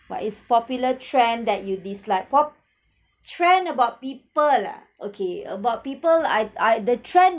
what is popular trend that you dislike pop~ trend about people ah okay about people I I the trend